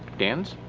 dan's?